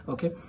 Okay